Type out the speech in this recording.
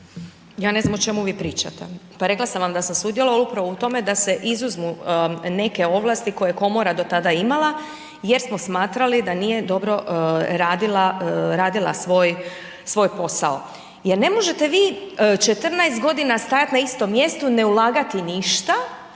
Ja ne znam o čemu vi pričate, pa rekla sam vam da sam sudjelovala upravo u tome da se izuzmu neke ovlasti koje je komora do tada imala jer smo smatrali da nije dobro radila svoj posao. Jer ne možete vi 14 godina stajati na istom mjestu, ne ulagati ništa,